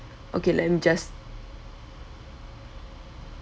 okay let me just